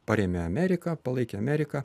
parėmė ameriką palaikė ameriką